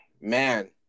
man